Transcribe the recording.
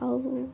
ଆଉ